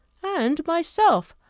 and myself!